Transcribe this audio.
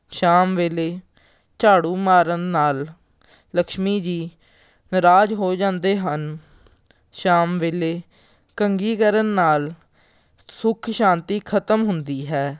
ਸ਼ਾਮ ਵੇਲੇ ਝਾੜੂ ਮਾਰਨ ਨਾਲ ਲਕਸ਼ਮੀ ਜੀ ਨਾਰਾਜ਼ ਹੋ ਜਾਂਦੇ ਹਨ ਸ਼ਾਮ ਵੇਲੇ ਕੰਘੀ ਕਰਨ ਨਾਲ ਸੁੱਖ ਸ਼ਾਂਤੀ ਖਤਮ ਹੁੰਦੀ ਹੈ